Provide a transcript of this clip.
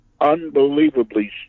unbelievably